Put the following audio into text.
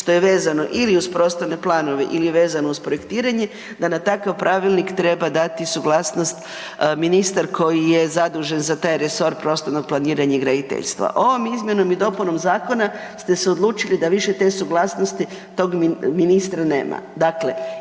što je vezano ili uz prostorne planove ili vezano uz projektiranje da na takav pravilnik treba dati suglasnost ministar koji je zadužen za taj resor prostornog planiranja i graditeljstva. Ovom izmjenom i dopunom zakona ste se odlučili da više te suglasnosti tog ministra nema,